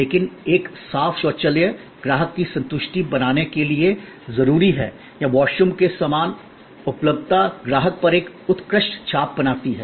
लेकिन एक साफ शौचालय ग्राहक की संतुष्टि बनाने के लिए ज़रूरी है या वॉशरूम की सामान उपलब्धता ग्राहक पर एक उत्कृष्ट छाप बनाती है